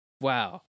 wow